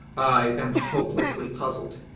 i am hopelessly puzzled,